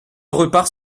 repart